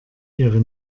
ihre